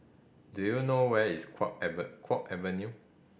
do you know where is Kwong ever Kwong Avenue